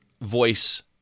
voice